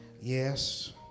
yes